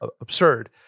absurd